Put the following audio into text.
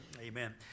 Amen